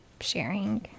sharing